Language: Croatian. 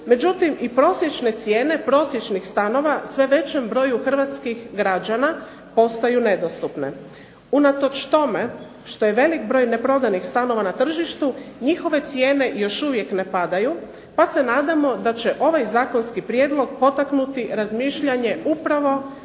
Međutim i prosječne cijene prosječnih stanova sve većem broju hrvatskih građana postaju nedostupne. Unatoč tome što je velik broj neprodanih stanova na tržištu, njihove cijene još uvijek ne padaju, pa se nadamo da će ovaj zakonski prijedlog potaknuti razmišljanje upravo